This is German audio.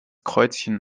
kreuzchen